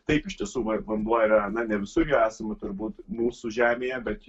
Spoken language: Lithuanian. taip iš tiesų vanduo yra na ne visur esama turbūt mūsų žemėje bet